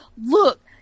Look